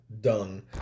Dung